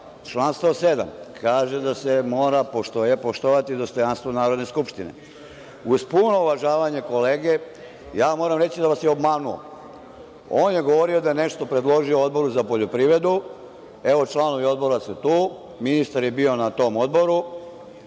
član 107. kaže da se mora poštovati dostojanstvo Narodne skupštine. Uz puno uvažavanje kolege, ja moram reći da vas je obmanuo. On je govorio da je nešto predložio Odboru za poljoprivredu. Evo, članovi Odbora su tu, ministar je bio na tom Odboru,